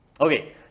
Okay